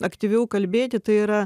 aktyviau kalbėti tai yra